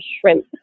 shrimp